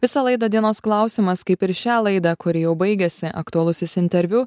visą laidą dienos klausimas kaip ir šią laidą kuri jau baigiasi aktualusis interviu